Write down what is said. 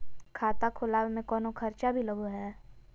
खाता खोलावे में कौनो खर्चा भी लगो है?